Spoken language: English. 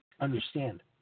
understand